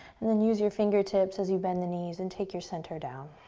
and then use your fingertips as you bend the knees and take your center down.